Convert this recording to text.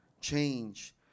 change